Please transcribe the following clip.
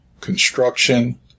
construction